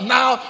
now